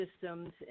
systems